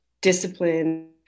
discipline